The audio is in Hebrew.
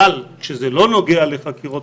אבל כזה לא נוגע לחקירות,